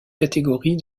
catégories